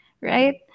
Right